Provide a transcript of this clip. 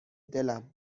دلم